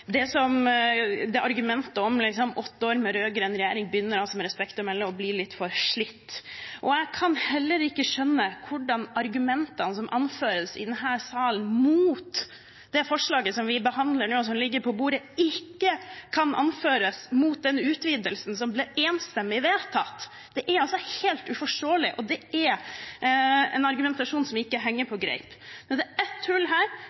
på bordet, og argumentet om åtte år med rød-grønn regjering begynner med respekt å melde å bli litt forslitt. Jeg kan heller ikke skjønne hvordan argumentene som anføres i denne salen mot forslaget som vi behandler nå og som ligger på bordet, ikke kan anføres mot den utvidelsen som ble enstemmig vedtatt. Det er helt uforståelig. Det er en argumentasjon som ikke henger på greip. Det er et hull her